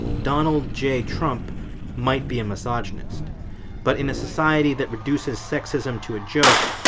donald j. trump might be a misogynist but in a society that reduces sexism to a joke,